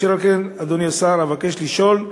אשר על כן, אדוני השר, אבקש לשאול: